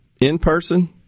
in-person